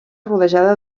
rodejada